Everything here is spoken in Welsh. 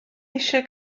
eisiau